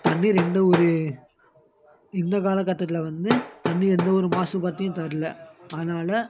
தண்ணீர் எந்த ஒரு இந்த காலக்கட்டத்தில் வந்து தண்ணி எந்த ஒரு மாசுபாட்டையும் தரல அதனால